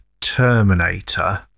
Terminator